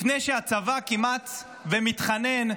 לפני שהצבא כמעט מתחנן,